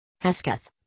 Hesketh